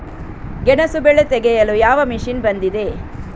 ಗೆಣಸು ಬೆಳೆ ತೆಗೆಯಲು ಯಾವ ಮಷೀನ್ ಬಂದಿದೆ?